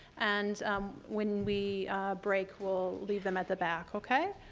and when we break, we'll leave them at the back, okay,